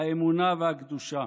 האמונה והקדושה.